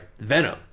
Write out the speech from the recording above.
Venom